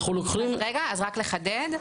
רק לחדד,